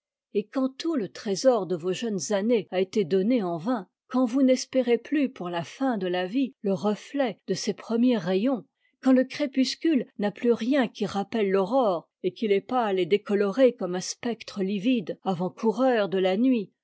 et quand tout le trésor de vos jeunes années a été donné en vain quand vous n'espérez plus pour la fin de la vie le reflet de ces premiers rayons quand le crépuscule n'a plus rien qui rappelle l'aurore et qu'il est pâle et décoloré comme un spectre livide avant-coureur de la nuit